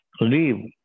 leave